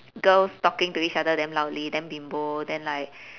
girls talking to each other damn loudly damn bimbo then like